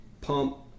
Pump